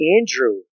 Andrew